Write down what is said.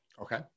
Okay